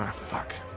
fuck